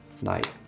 night